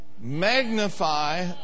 magnify